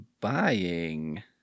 buying